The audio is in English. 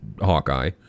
Hawkeye